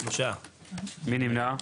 3 נמנעים,